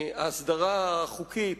ההסדרה החוקית